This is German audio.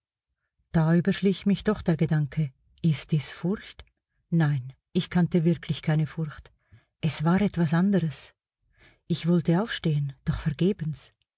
da überschlich mich doch der gedanke ist dies furcht nein ich kannte wirklich keine furcht es war etwas anderes ich wollte aufstehen doch vergebens